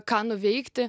ką nuveikti